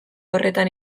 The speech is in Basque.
horretan